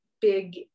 big